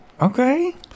Okay